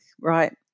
right